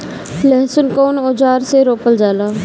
लहसुन कउन औजार से रोपल जाला?